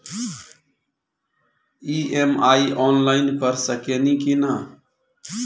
EMI online कर सकेनी की ना?